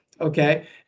okay